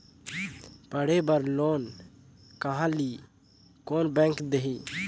पढ़े बर लोन कहा ली? कोन बैंक देही?